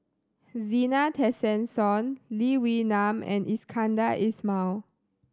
Zena Tessensohn Lee Wee Nam and Iskandar Ismail